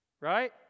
Right